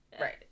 right